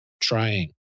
trying